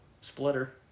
splitter